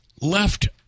left